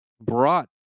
brought